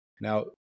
Now